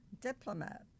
diplomat